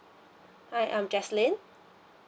hi I'm jesselyn